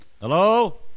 Hello